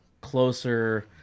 closer